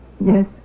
Yes